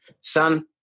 son